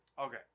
Okay